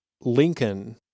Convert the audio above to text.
lincoln